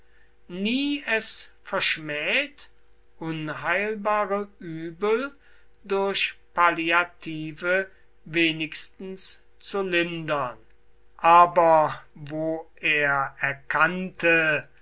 nie es verschmäht unheilbare übel durch palliative wenigstens zu lindern aber wo er erkannte